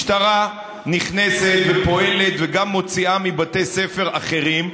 משטרה נכנסת, פועלת וגם מוציאה מבתי ספר אחרים.